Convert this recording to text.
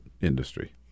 industry